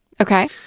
Okay